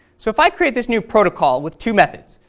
so if i create this new protocol with two methods,